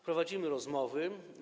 Prowadzimy rozmowy.